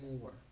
more